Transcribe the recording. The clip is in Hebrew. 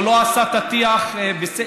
הוא לא עשה את הטיח בסדר,